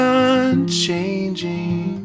unchanging